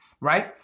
right